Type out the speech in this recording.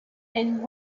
and